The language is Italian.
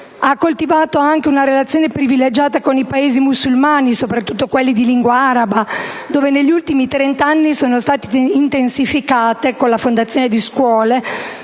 Ha coltivato anche una relazione privilegiata con i Paesi musulmani, soprattutto quelli di lingua araba, dove negli ultimi trent'anni sono state intensificate, con la fondazione di scuole,